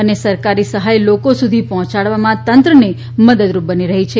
અને સરકારી સહાય લોકો સુધી પહોંચાડવામાં તંત્રને મદદરૂપ બની રહી છે